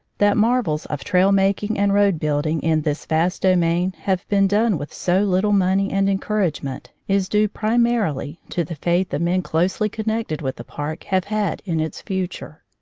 that marvels of trail making and road-building in this vast do main have been done with so little money and encouragement is due, primarily, to the faith the men closely connected with the park have had in its future.